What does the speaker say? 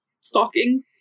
stalking